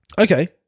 Okay